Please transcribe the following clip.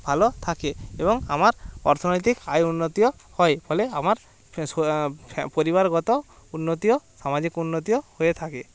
ভালো থাকে এবং আমার অর্থনৈতিক আয় উন্নতিও হয় ফলে আমার পরিবারগত উন্নতিও সামাজিক উন্নতিও হয়ে থাকে